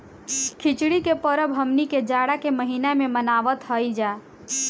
खिचड़ी के परब हमनी के जाड़ा के महिना में मनावत हई जा